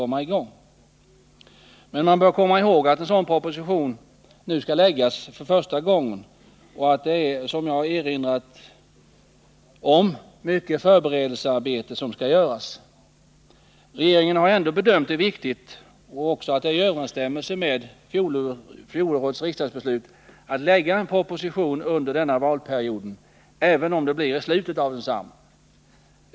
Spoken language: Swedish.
Men man bör komma ihåg att en sådan proposition nu skall läggas fram för första gången och att det, som jag har erinrat om, är mycket förberedelsearbete. Regeringen har ändå bedömt det som viktigt och i överensstämmelse med fjolårets riksdagsbeslut att lägga fram en proposition under denna valperiod, även om det blir i slutet av densamma.